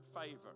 favor